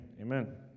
Amen